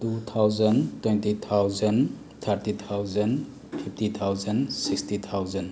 two thousand twenty thousand thirty thousand fifty thousand sixty thousand